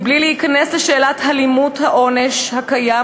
בלי להיכנס לשאלת הלימות העונש הקיים